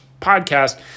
podcast